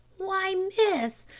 why, miss,